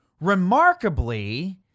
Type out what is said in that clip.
Remarkably